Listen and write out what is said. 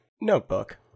Notebook